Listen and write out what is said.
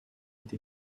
été